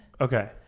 Okay